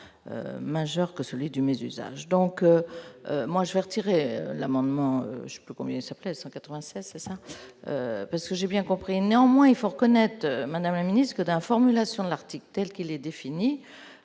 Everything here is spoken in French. majeur que celui du mésusage, donc moi je vais retirer l'amendement combien ça pèse 196 c'est ça parce que j'ai bien compris, néanmoins, il faut reconnaître, Madame la Ministre, que la formulation de l'article telle qu'il est défini,